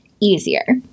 easier